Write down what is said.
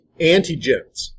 antigens